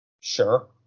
Sure